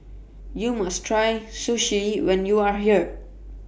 YOU must Try Sushi when YOU Are here